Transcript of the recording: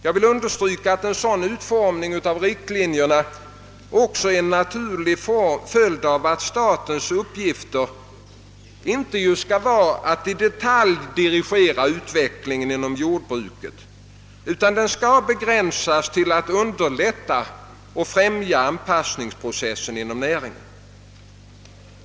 Jag vill understryka att en sådan utformning av riktlinjerna också är en naturlig följd av att statens uppgifter inte skall vara att i detalj dirigera utvecklingen inom jordbruket utan skall begränsas till att underlätta och främja anpassningsprocessen inom näringen.